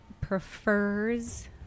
prefers